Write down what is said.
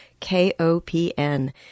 KOPN